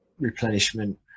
replenishment